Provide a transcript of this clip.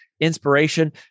inspiration